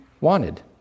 wanted